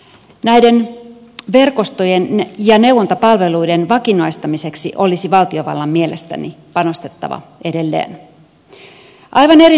näiden verkostojen ja neuvontapalveluiden vakinaistamiseksi olisi valtiovallan mielestäni panostettava edelleen